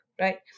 Right